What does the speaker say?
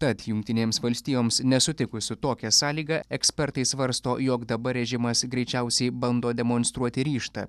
tad jungtinėms valstijoms nesutikus su tokia sąlyga ekspertai svarsto jog dabar režimas greičiausiai bando demonstruoti ryžtą